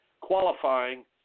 qualifying